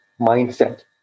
mindset